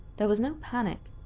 there was no panic.